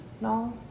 No